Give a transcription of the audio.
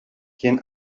quien